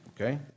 okay